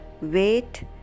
wait